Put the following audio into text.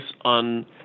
on